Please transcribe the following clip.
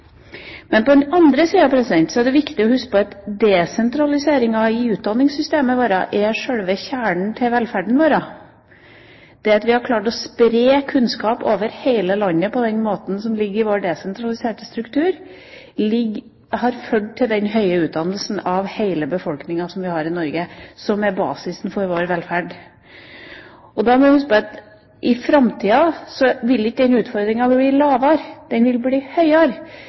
Men på den andre siden er det viktig å huske på at desentraliseringa i utdanningssystemet vårt er sjølve kjernen i velferden vår. Det at vi har klart å spre kunnskap over hele landet på den måten som ligger i vår desentraliserte struktur, har ført til den høye utdannelsen hos hele befolkninga som vi har i Norge, og som er basisen for vår velferd. Da må vi huske på at i framtida vil ikke den utfordringa bli mindre, den vil bli